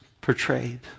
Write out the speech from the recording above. portrayed